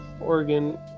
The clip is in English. Oregon